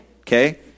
okay